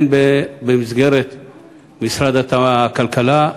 הן במסגרת משרד הכלכלה,